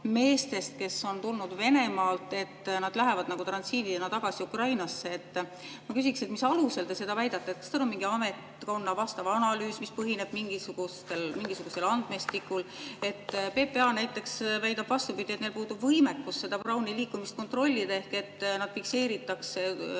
kes on tulnud Venemaalt, lähevad nagu transiidi [korras] tagasi Ukrainasse. Ma küsin, mis alusel te seda väidate. Kas teil on mingi ametkonna vastav analüüs, mis põhineb mingisugusel andmestikul? PPA näiteks väidab, vastupidi, et neil puudub võimekus seda Browni liikumist kontrollida. Need inimesed fikseeritakse,